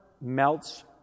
melts